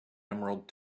emerald